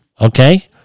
okay